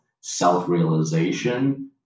self-realization